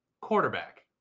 quarterback